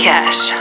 Cash